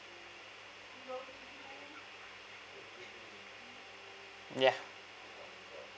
ya